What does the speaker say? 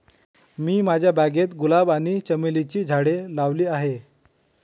मी माझ्या बागेत गुलाब आणि चमेलीची झाडे लावली आहे